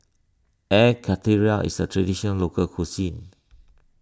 Air Karthira is a Traditional Local Cuisine